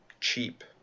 cheap